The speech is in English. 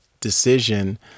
decision